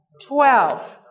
twelve